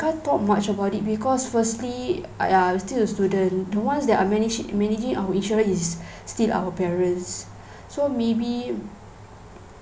can't talk much about it because firstly ya I'm still a student the ones that are manage managing our insurance is still our parents so maybe